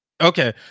Okay